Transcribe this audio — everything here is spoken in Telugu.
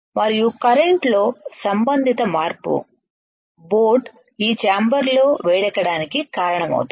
మరియు కరెంట్లో సంబంధిత మార్పు బోట్ ఈ చాంబర్ లో వేడెక్కడానికి కారణమవుతుంది